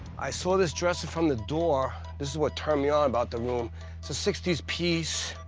i saw this dresser from the door. this is what turned me on about the room. it's a sixty s piece,